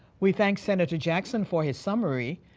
we thank senator jackson for his summary.